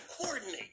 coordinate